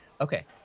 Okay